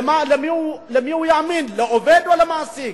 למי הוא יאמין, לעובד או למעסיק?